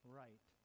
right